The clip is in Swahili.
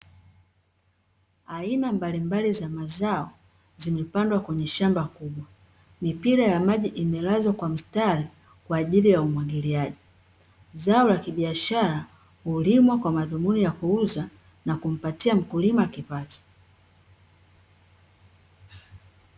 Aina mbalimbali za mazao zimepandwa kwenye shamba kubwa, mipira ya maji imelazwa kwa mstari kwa ajili ya umwagiliaji. Zao la kibiashara hulimwa kwa madhumuni ya kuuza na kumpatia mkulima kipato.